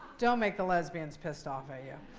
don't make the lesbians pissed off at you.